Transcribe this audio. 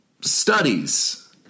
studies